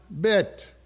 bit